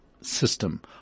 system